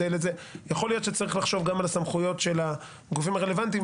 יכול להיות שצריך לחשוב גם על הסמכויות של הגופים הרלוונטיים,